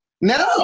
No